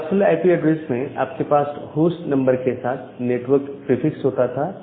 classful IP address में आपके पास होस्ट नंबर के साथ नेटवर्क प्रीफिक्स होता था